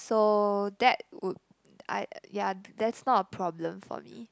so that would I ya that's not a problem for me